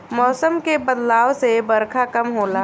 मौसम के बदलाव से बरखा कम होला